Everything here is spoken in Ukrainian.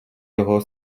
його